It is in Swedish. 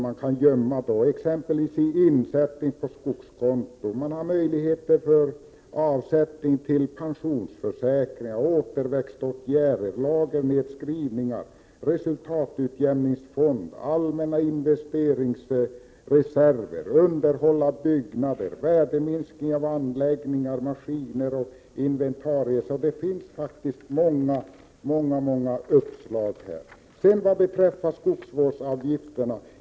Det kan ske genom insättning på skogskonto, avsättning till pensionsförsäkringar, satsningar på återväxtåtgärder, lagernedskrivningar, insättning på resultatutjämningsfond och avsättning till allmänna investeringsreserver, avdrag för underhåll av byggnader och för värdeminskningar på anläggningar, maskiner och inventarier. Det finns alltså många möjligheter att minska skatten.